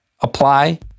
apply